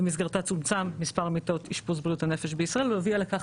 במסגרתה צומצמו מספר מיטות אשפוז בריאות הנפש בישראל הובילה לכך